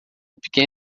pequena